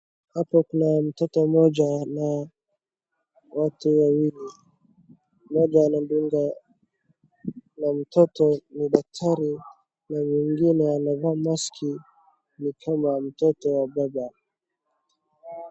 Hapo kuna mtoto mmoja na watu wawili. Mmoja anamdunga na mtoto ni daktari na mwingine anavaa maski ni kama mtoto wa baba.